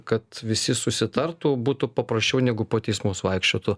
kad visi susitartų būtų paprasčiau negu po teismus vaikščiotų